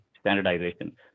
standardization